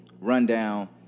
rundown